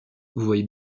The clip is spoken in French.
voyez